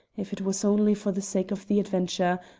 if it was only for the sake of the adventure,